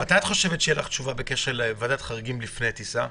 מתי את חושבת שתהיה לך תשובה בקשר לוועדת חריגים לפני טיסה?